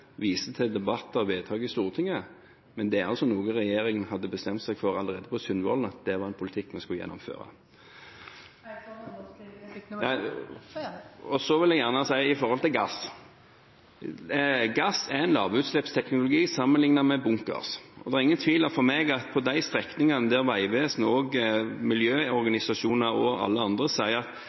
viser til debatter og vedtak i Stortinget, men det er altså noe regjeringen hadde bestemt seg for allerede på Sundvolden at var en politikk vi skulle gjennomføre. Så vil jeg gjerne si om gass: Gass er en lavutslippsteknologi sammenliknet med bunkers. Det er da ingen tvil hos meg om at på de strekningene Vegvesenet, miljøorganisasjoner og alle andre sier